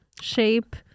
shape